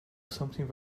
something